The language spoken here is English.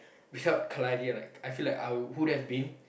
without kalari like I feel like I would have been